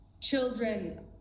children